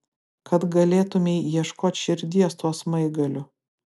kad galėtumei ieškot širdies tuo smaigaliu